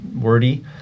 wordy